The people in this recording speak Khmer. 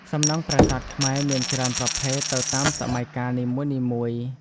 សំណង់ប្រាសាទខ្មែរមានច្រើនប្រភេទ ទៅតាមសម័យកាលនីមួយៗ។